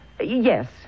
yes